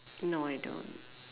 no I don't